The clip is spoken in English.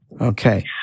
Okay